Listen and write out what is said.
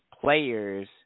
players